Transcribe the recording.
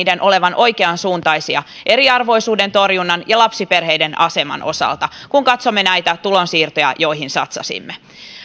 olevan oikeansuuntaisia eriarvoisuuden torjunnan ja lapsiperheiden aseman osalta kun katsomme näitä tulonsiirtoja joihin satsasimme